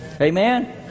Amen